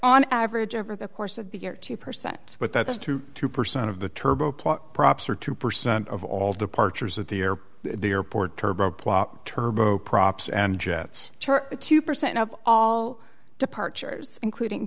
on average over the course of the year two percent but that's to two percent of the turbo props or two percent of all departures at the air the airport turbo plop turboprops and jets two percent of all departures including